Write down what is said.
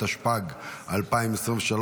התשפ"ג 2023,